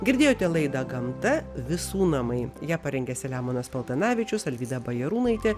girdėjote laidą gamta visų namai ją parengė selemonas paltanavičius alvyda bajarūnaitė